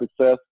success